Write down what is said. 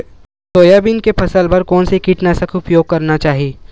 Soybean के फसल बर कोन से कीटनाशक के उपयोग करना चाहि?